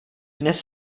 dnes